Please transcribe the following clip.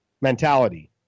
mentality